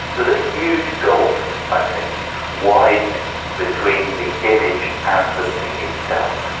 there's a huge gulf i think widening between the image and the thing itself.